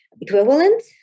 equivalent